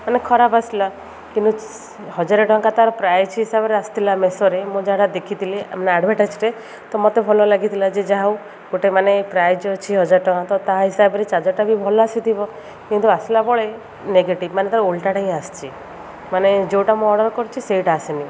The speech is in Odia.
ମାନେ ଖରାପ୍ ଆସିଲା କିନ୍ତୁ ହଜାରେ ଟଙ୍କା ତା'ର ପ୍ରାଇଜ୍ ହିସାବରେ ଆସିଥିଲା ମେସୋରେ ମୁଁ ଯାହାଟା ଦେଖିଥିଲି ଆଡ଼୍ର୍ଭର୍ଟାଇଜ୍ରେ ତ ମୋତେ ଭଲ ଲାଗିଥିଲା ଯେ ଯାହା ହେଉ ଗୋଟେ ମାନେ ପ୍ରାଇଜ୍ ଅଛି ହଜାର ଟଙ୍କା ତ ତା ହିସାବରେ ଚାର୍ଜର୍ଟା ବି ଭଲ ଆସିଥିବ କିନ୍ତୁ ଆସିଲାବେଳେ ନେଗେଟିଭ୍ ମାନେ ତା'ର ଓଲ୍ଟା ହିଁ ଆସିଛି ମାନେ ଯୋଉଟା ମୁଁ ଅର୍ଡ଼ର୍ କରିଛି ସେଇଟା ଆସିନି